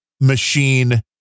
machine